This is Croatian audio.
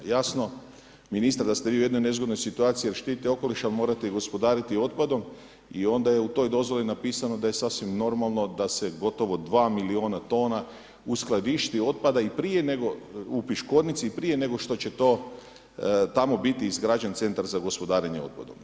Jasno, ministre da ste vi u jednoj nezgodnoj situaciji jer štitite okoliš ali morate i gospodariti otpadom i onda je u toj dozvoli napisano da je sasvim normalno da se gotovo 2 milijuna tona uskladišti otpada i prije nego, u Piškornici, i prije nego što će to tamo biti izgrađen centar za gospodarenje otpadom.